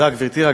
תודה, גברתי.